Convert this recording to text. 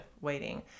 waiting